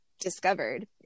discovered